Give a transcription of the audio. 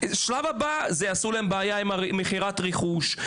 שלב הבא, יעשו להם בעיה עם מכירת רכוש.